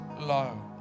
low